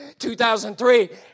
2003